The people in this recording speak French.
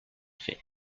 faire